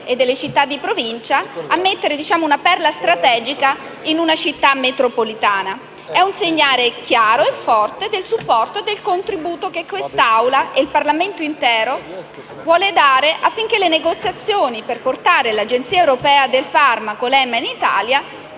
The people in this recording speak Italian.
e delle città di provincia a mettere una perla strategica in una città metropolitana. È un segnale chiaro e forte del supporto e del contributo che quest'Aula - e il Parlamento intero - vuole dare affinché le negoziazioni per portare l'Agenzia europea del farmaco (EMA) in Italia